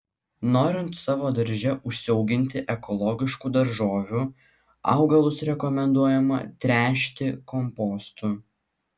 norint savo darže užsiauginti ekologiškų daržovių augalus rekomenduojama tręšti kompostu